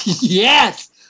Yes